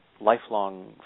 Lifelong